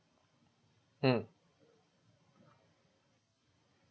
mm